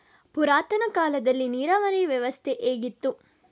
ಪುರಾತನ ಕಾಲದಲ್ಲಿ ನೀರಾವರಿ ವ್ಯವಸ್ಥೆ ಹೇಗಿತ್ತು?